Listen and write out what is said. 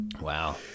Wow